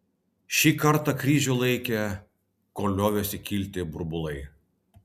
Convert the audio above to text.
šį kartą kryžių laikė kol liovėsi kilti burbulai